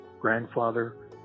grandfather